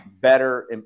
better